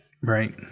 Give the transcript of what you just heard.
Right